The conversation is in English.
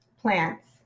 plants